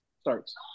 starts